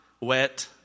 wet